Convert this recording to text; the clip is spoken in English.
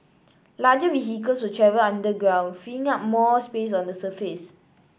larger vehicles will travel underground freeing up more space on the surface